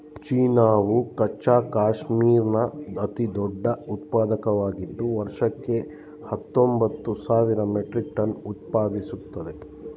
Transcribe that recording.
ಚೀನಾವು ಕಚ್ಚಾ ಕ್ಯಾಶ್ಮೀರ್ನ ಅತಿದೊಡ್ಡ ಉತ್ಪಾದಕವಾಗಿದ್ದು ವರ್ಷಕ್ಕೆ ಹತ್ತೊಂಬತ್ತು ಸಾವಿರ ಮೆಟ್ರಿಕ್ ಟನ್ ಉತ್ಪಾದಿಸ್ತದೆ